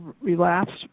relapsed